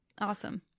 Awesome